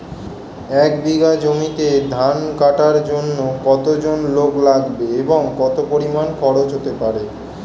এক বিঘা জমিতে ধান কাটার জন্য কতজন লোক লাগবে এবং কত পরিমান খরচ হতে পারে?